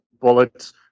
bullets